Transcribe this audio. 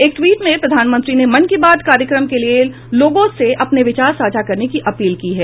एक टवीट में प्रधानमंत्री ने मन की बात कार्यक्रम के लिए लोगों से अपने विचार साझा करने की अपील की है